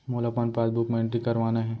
मोला अपन पासबुक म एंट्री करवाना हे?